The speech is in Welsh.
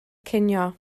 cinio